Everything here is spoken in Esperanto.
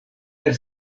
per